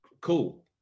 cool